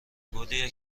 گلیه